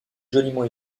joliment